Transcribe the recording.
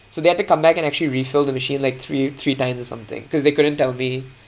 so they had to come back and actually refill the machine like three three times or something cause they couldn't tell me